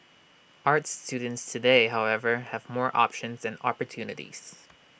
arts students today however have more options and opportunities